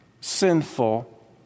sinful